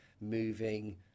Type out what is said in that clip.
moving